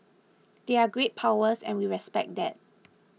they're great powers and we respect that